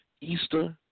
Easter